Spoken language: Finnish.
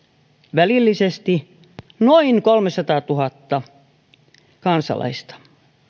välillisesti noin kolmesataatuhatta kansalaista